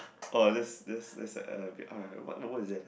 oh that's that's that's uh a bit uh what word is that